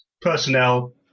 Personnel